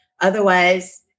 Otherwise